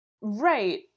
Right